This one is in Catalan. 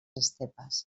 estepes